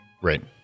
Right